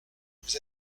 vous